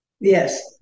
yes